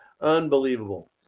Unbelievable